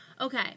Okay